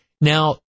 Now